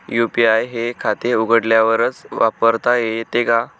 UPI हे खाते उघडल्यावरच वापरता येते का?